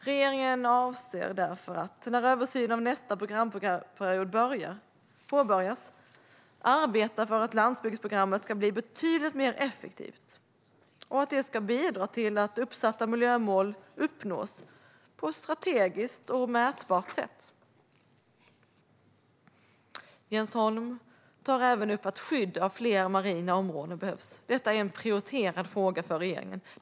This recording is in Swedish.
Regeringen avser därför att, nu när översynen av nästa programperiod påbörjas, arbeta för att landsbygdsprogrammet ska bli betydligt mer effektivt och att det ska bidra till att uppsatta miljömål uppnås på ett strategiskt och mätbart sätt. Jens Holm tar även upp att skydd av fler marina områden behövs. Detta är en prioriterad fråga för regeringen.